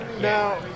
now